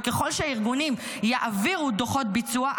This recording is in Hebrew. וככל שהארגונים יעבירו דוחות ביצוע,